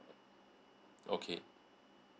okay